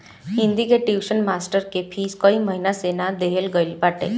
हिंदी कअ tuition master कअ fees कई महिना से ना देहल गईल बाटे